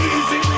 Easy